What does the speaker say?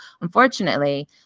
unfortunately